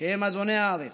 שהם אדוני הארץ.